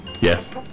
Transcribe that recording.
yes